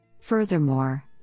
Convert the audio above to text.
Furthermore